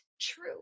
true